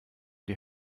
die